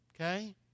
okay